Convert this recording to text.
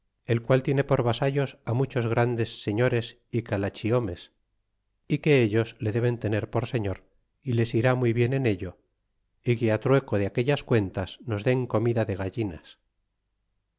el qual tiene por vasallos á muchos grandes señores y calachiomes y que ellos le deben tener por señor y les irá muy bien en ello é que trueco de aquellas cuentas nos den comida de gallinas